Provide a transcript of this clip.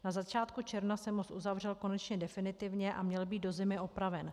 Na začátku června se most uzavřel konečně definitivně a měl být do zimy opraven.